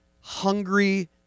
hungry